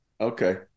okay